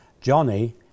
Johnny